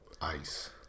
ice